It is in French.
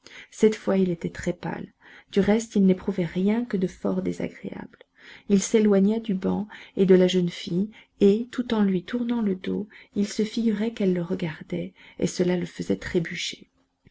cette fois il était très pâle du reste il n'éprouvait rien que de fort désagréable il s'éloigna du banc et de la jeune fille et tout en lui tournant le dos il se figurait qu'elle le regardait et cela le faisait trébucher